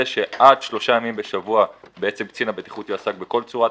שעד שלושה ימים בשבוע קצין הבטיחות יעסוק בכל צורת